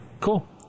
Cool